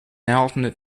alternate